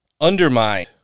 undermine